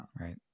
Right